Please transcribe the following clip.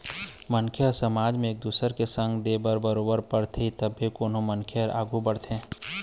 मनखे ल समाज म एक दुसर के संग दे बर बरोबर परथे ही तभे कोनो मनखे ह आघू बढ़थे